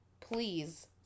please